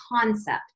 concept